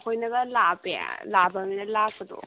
ꯑꯩꯈꯣꯏꯅꯒ ꯂꯥꯞꯄꯦ ꯂꯥꯞꯄꯃꯤꯅ ꯂꯥꯛꯄꯗꯣ